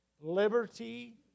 liberty